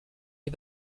les